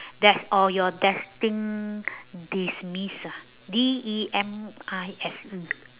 des~ oh your destined demise ah D E M I S E